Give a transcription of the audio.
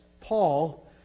Paul